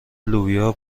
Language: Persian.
لوبیا